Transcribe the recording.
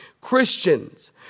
Christians